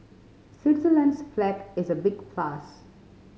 Switzerland's flag is a big plus